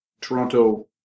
Toronto